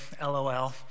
LOL